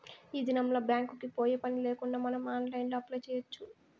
ఈ దినంల్ల బ్యాంక్ కి పోయే పనిలేకుండా మనం ఆన్లైన్లో అప్లై చేయచ్చు